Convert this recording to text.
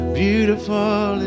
beautiful